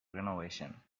renovation